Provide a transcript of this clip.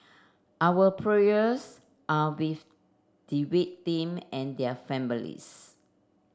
our prayers are with the victim and their families